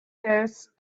death